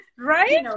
Right